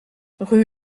rue